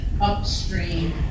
upstream